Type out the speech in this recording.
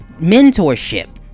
mentorship